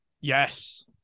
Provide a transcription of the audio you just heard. Yes